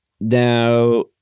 Now